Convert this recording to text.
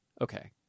Okay